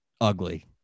ugly